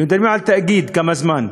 ומדברים על תאגיד, כמה זמן,